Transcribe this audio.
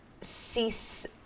cease